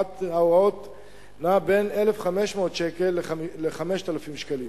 ההוראות נע בין 1,500 שקלים ל-5,000 שקלים.